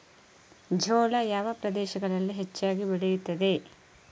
ಜೋಳ ಯಾವ ಪ್ರದೇಶಗಳಲ್ಲಿ ಹೆಚ್ಚಾಗಿ ಬೆಳೆಯುತ್ತದೆ?